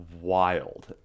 wild